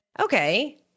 okay